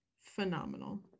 phenomenal